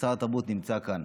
התרבות נמצא כאן.